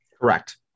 Correct